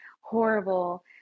horrible